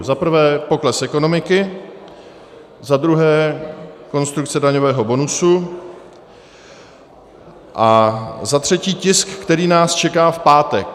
Za prvé pokles ekonomiky, za druhé konstrukce daňového bonusu a za třetí tisk, který nás čeká v pátek.